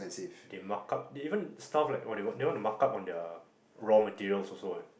they mark up they even stuff like what they want they want to mark up on their raw materials also ah